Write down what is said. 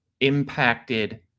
impacted